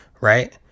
right